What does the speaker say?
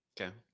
Okay